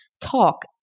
talk